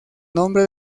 nombre